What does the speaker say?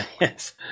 Yes